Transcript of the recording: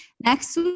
next